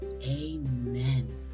Amen